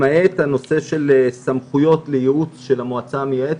למעט הנושא של סמכויות לייעוץ של המועצה המייעצת,